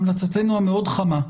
המלצתנו המאוד חמה.